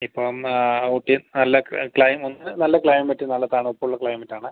ഇപ്പം ഊട്ടി നല്ല ക്ലൈമ് ഒന്ന് നല്ല ക്ലൈമറ്റ് നല്ല തണുപ്പുള്ള ക്ലൈമറ്റ് ആണ്